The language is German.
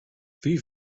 wie